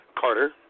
Carter